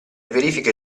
verifiche